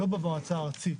לא במועצה הארצית.